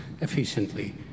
efficiently